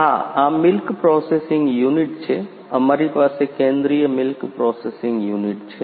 હા આ milk processing unit છે અમારી પાસે કેન્દ્રિય મિલ્ક પ્રોસેસિંગ યુનિટ છે